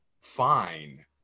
fine